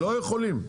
לא יכולים.